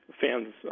fans